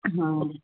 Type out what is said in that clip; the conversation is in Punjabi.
ਹਾਂ